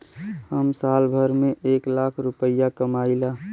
हम साल भर में एक लाख रूपया कमाई ला